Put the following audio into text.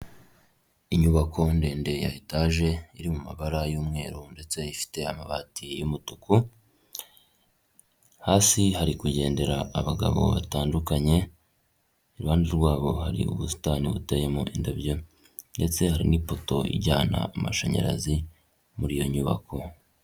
Inyubako ndende ya etage, iri mu mabara y'umweru ndetse ifite amabati y'umutuku, hasi hari kugendera abagabo batandukanye, iruhande rwabo hari ubusitani buteyemo indabyo, ndetse hari n'ipoto ijyana amashanyarazi muri iyo nyubako.